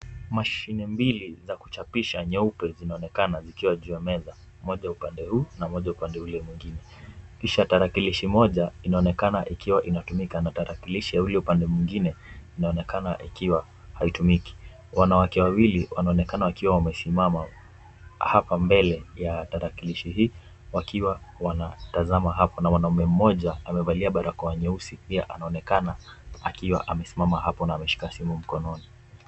Mashine mbili za kuchapisha nyeupe zinaonekana zikiwa juu ya meza. Moja upande huu na moja upande ule mwingine. Kisha tarakilishi moja inaonekana ikiwa inatumika na tarakilishi ya ule upande mwingine inaonekana ikiwa haitumiki. Wanawake wawili wanaonekana wakiwa wamesimama hapa mbele ya tarakilishi hii wakiwa wanatazama hapa na mwanaume mmoja amevalia barakoa nyeusi pia anaonekana akiwa amesimama hapo na ameshika simu mkononi.